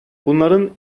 bunların